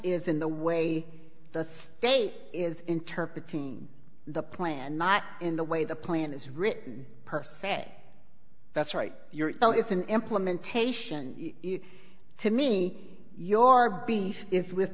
is in the way the state is interpreted the plan not in the way the plan is written per se that's right now it's an implementation to me your beef is with